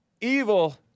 evil